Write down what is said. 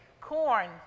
corn